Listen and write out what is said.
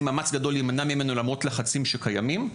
מאמץ גדול להימנע ממנו למרות לחצים שקיימים,